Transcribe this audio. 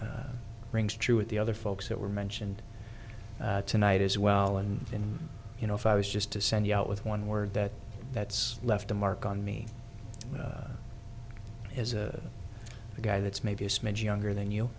it rings true with the other folks that were mentioned tonight as well and you know if i was just to send you out with one word that that's left a mark on me is a guy that's maybe a smidge younger than you